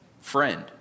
friend